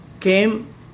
came